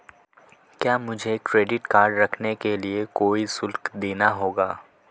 क्या मुझे credit card रखने के लिए कोई शुल्क देना होगा?